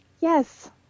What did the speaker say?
Yes